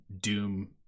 Doom